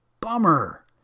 Bummer